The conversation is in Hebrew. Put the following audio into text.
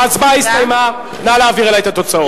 ההצבעה הסתיימה, נא להעביר אלי את התוצאות.